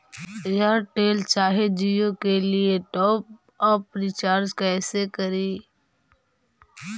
Airtel चाहे जियो के लिए टॉप अप रिचार्ज़ कैसे करी?